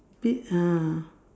pi~ ah